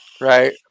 Right